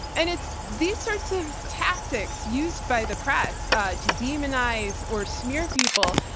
and it's these sorts of tactics used by the press to demonize or smear people,